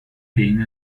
being